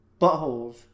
buttholes